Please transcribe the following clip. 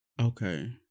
Okay